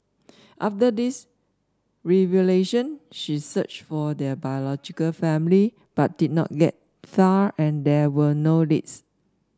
after theserevelation she searched for her biological family but did not get far and there were no leads